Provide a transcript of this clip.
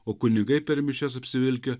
o kunigai per mišias apsivilkę